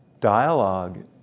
dialogue